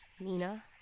Nina